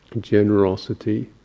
generosity